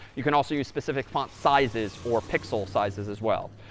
you can also use specific font sizes or pixel sizes as well.